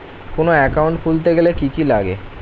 কোন একাউন্ট খুলতে গেলে কি কি লাগে?